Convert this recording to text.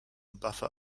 buffer